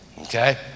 Okay